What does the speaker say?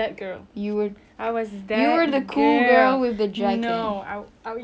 no I oh ya I forgot we had the I forgot we had the blazer on